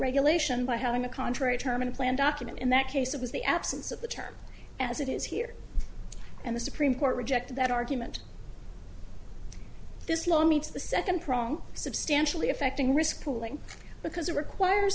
regulation by having a contrary term in the plan document in that case it was the absence of the term as it is here and the supreme court rejected that argument this law meets the second prong substantially affecting risk pooling because it requires